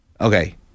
okay